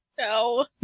No